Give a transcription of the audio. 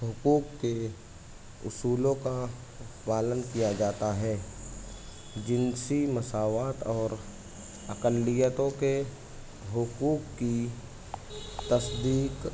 حقوق کے اصولوں کا پالن کیا جاتا ہے جنسی مساوات اور اقلیتوں کے حقوق کی تصدیق